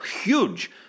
huge